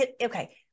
okay